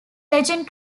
legend